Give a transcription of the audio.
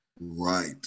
Right